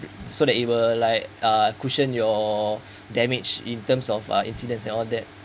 so that it were like uh cushion your damaged in terms of uh incidents and all that